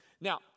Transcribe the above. Now